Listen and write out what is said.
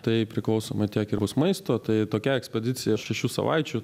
tai priklausomai tiek ir bus maisto tai tokia ekspedicija šešių savaičių